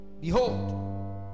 behold